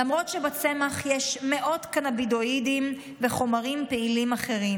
למרות שבצמח יש מאות קנבינואידים וחומרים פעילים אחרים,